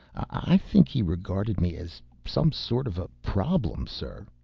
i think he regarded me as some sort of a problem, sir.